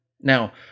Now